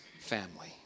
family